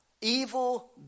Evil